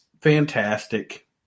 fantastic